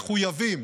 מחויבים